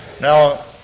Now